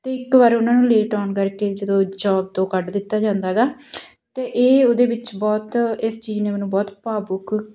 ਅਤੇ ਇੱਕ ਵਾਰ ਉਹਨਾਂ ਨੂੰ ਲੇਟ ਆਉਣ ਕਰਕੇ ਜਦੋਂਂ ਜੋਬ ਤੋਂ ਕੱਢ ਦਿੱਤਾ ਜਾਂਦਾ ਗਾ ਅਤੇ ਇਹ ਉਹਦੇ ਵਿੱਚ ਬਹੁਤ ਇਸ ਚੀਜ਼ ਨੇ ਮੈਨੂੰ ਬਹੁਤ ਭਾਵੁਕ